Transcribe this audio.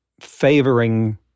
favoring